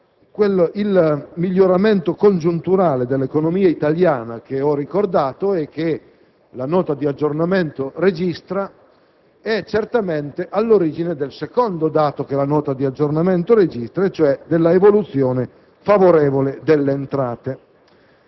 Il miglioramento congiunturale dell'economia italiana che ho ricordato e che la Nota di aggiornamento riporta è certamente all'origine del secondo dato che la stessa Nota di aggiornamento registra, e cioè l'evoluzione favorevole delle entrate.